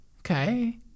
Okay